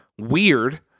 weird